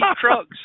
trucks